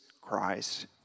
Christ